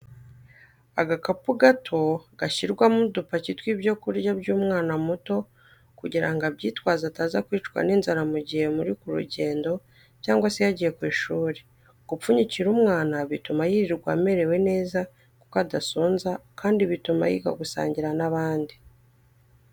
Agakapu gato gashyirwa udupaki tw'ibyo kurya by'umwana muto kugira ngo abyitwaze ataza kwicwa n'inzara mu gihe muri ku rugendo cyangwa se yagiye ku ishuri, gupfunyikira umwana bituma yirirwa amerewe neza kuko adasonza kandi bituma yiga gusangira n'abandi.